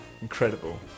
incredible